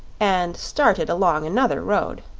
and started along another road.